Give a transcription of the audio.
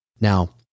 Now